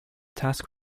task